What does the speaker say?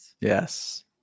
Yes